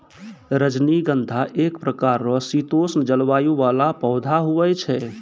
रजनीगंधा एक प्रकार रो शीतोष्ण जलवायु वाला पौधा हुवै छै